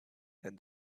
and